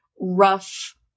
rough